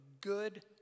good